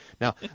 now